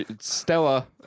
Stella